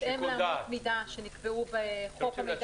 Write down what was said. בהתאם לאמות המידה שנקבעו בחוק המידע